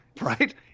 Right